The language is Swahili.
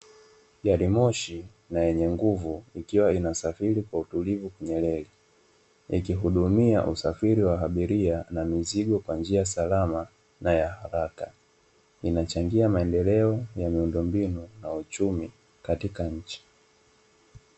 Gari moshi na yenye nguvu ikiwa inasafiri kwa utulivu kwenye reli, ikihudumia usafiri wa abiria na mizigo kwa njia salama na ya haraka. Inachangia maendeleo ya miundombinu na uchumi katika nchi.